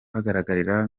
bagaragara